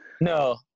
No